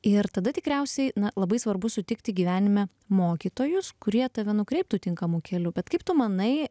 ir tada tikriausiai na labai svarbu sutikti gyvenime mokytojus kurie tave nukreiptų tinkamu keliu bet kaip tu manai